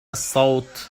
الصوت